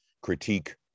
critique